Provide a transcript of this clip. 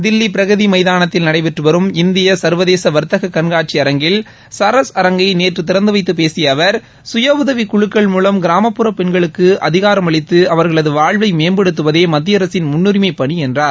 தில்லி பிரகதி மைதானத்தில் நடைபெற்று வரும் இந்திய சர்வதேச வர்த்தக கண்காட்சி அரங்கில் சரஸ் அரங்கை திறந்து வைத்துப் பேசிய அவர் சுயஉதவிக் குழுக்கள் மூவம் கிராமப்புற பெண்களுக்கு அதிகாரமளித்து அவர்களது வாழ்வை மேம்படுத்துவதே மத்திய அரசின் முன்னுரிமைப் பணி என்றார்